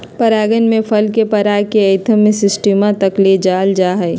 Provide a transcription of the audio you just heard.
परागण में फल के पराग के एंथर से स्टिग्मा तक ले जाल जाहई